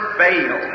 fail